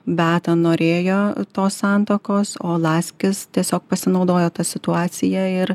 beata norėjo tos santuokos o laskis tiesiog pasinaudojo ta situacija ir